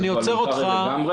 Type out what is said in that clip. אני עוצר אותך.